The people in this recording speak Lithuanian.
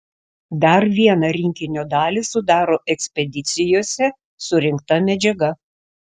dar vieną rinkinio dalį sudaro ekspedicijose surinkta medžiaga